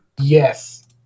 Yes